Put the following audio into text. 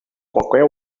qualquer